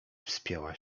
wspięła